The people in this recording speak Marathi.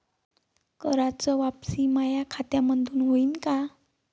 कराच वापसी माया खात्यामंधून होईन का?